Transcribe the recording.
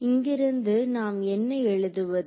இங்கிருந்து நாம் என்ன எழுதுவது